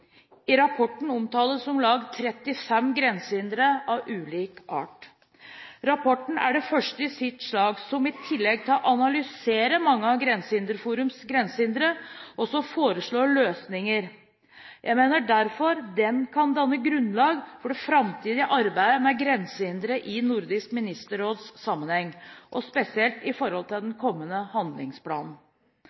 I rapporten omtales om lag 35 grensehindre av ulik art. Rapporten er den første i sitt slag som, i tillegg til å analysere mange av Grensehinderforums grensehindre, også foreslår løsninger. Jeg mener derfor at den kan danne grunnlag for det framtidige arbeidet med grensehindre i Nordisk ministerråd-sammenheng, og spesielt når det gjelder den kommende handlingsplanen.